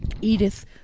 edith